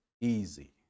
easy